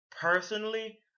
Personally